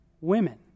women